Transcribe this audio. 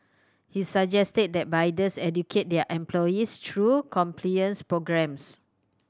he suggested that bidders educate their employees through compliance programmes